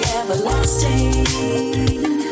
everlasting